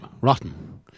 rotten